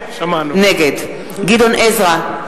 נגד גדעון עזרא,